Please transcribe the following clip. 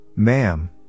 Ma'am